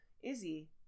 Izzy